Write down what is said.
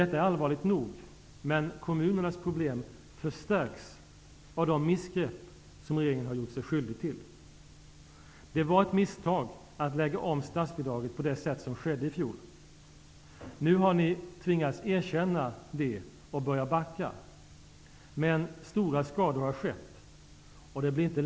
Att Sverige verkligen är på väg att göra om misstaget bekräftas av regeringens egna prognoser för de kommande åren. Om man fortsätter denna politik fram till 1998, kommer den totala arbetslösheten att ligga kvar på orimligt höga 11 %.